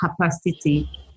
capacity